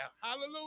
Hallelujah